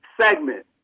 segment